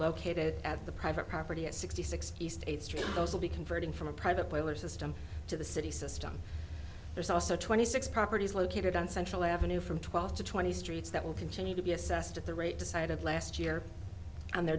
located at the private property at sixty sixty state street those will be converting from a private boiler system to the city system there's also twenty six properties located on central avenue from twelve to twenty streets that will continue to be assessed at the rate decided last year on their